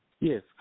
Yes